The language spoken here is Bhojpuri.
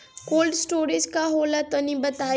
कोल्ड स्टोरेज का होला तनि बताई?